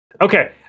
Okay